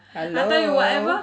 hello